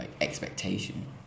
expectation